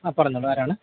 ആ പറഞ്ഞോളൂ ആരാണ്